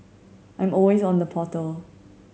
I'm always on the portal